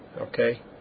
Okay